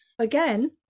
Again